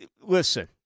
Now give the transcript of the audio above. listen